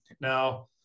now